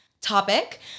topic